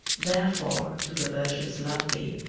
therefore do the virgins love thee.